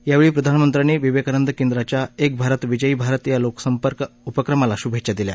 यावछी प्रधानमंत्र्यांनी विवक्तनंद केंद्राच्या एक भारत विजयी भारत या लोकसंपर्क उपक्रमाला शुभछ्छा दिल्या